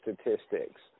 statistics